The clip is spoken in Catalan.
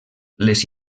les